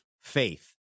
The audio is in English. faith